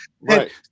Right